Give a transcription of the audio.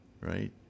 Right